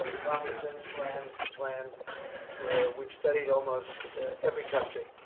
commonsense plan. it's a plan where we've studied almost every country.